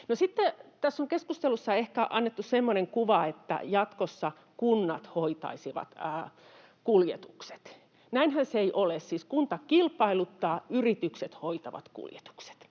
tässä keskustelussa on ehkä annettu semmoinen kuva, että jatkossa kunnat hoitaisivat kuljetukset. Näinhän se ei ole. Siis kunta kilpailuttaa, yritykset hoitavat kuljetukset.